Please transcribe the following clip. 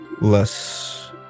less